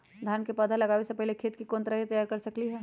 धान के पौधा लगाबे से पहिले खेत के कोन तरह से तैयार कर सकली ह?